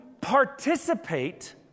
participate